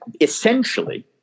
essentially